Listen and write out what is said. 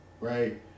Right